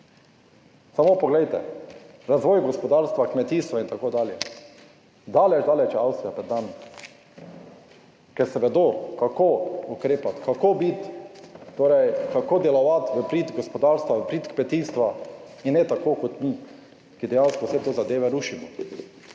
samo poglejte razvoj gospodarstva, kmetijstva in tako dalje. Daleč, daleč je Avstrija pred nami, ker vedo, kako ukrepati, kako biti, kako delovati v prid gospodarstva, v prid kmetijstva in ne tako, kot mi, ki dejansko vse te zadeve rušimo.